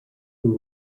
who